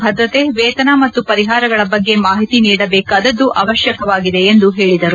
ಭದ್ರತೆ ವೇತನ ಮತ್ತು ಪರಿಹಾರಗಳ ಬಗ್ಗೆ ಮಾಹಿತಿ ನೀಡಬೇಕಾದದ್ದು ಅವಶ್ಯಕವಾಗಿದೆ ಎಂದು ಹೇಳಿದರು